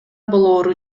болоору